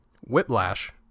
Whiplash